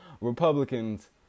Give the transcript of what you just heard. Republicans